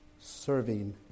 serving